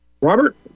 Robert